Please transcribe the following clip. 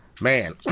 man